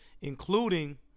including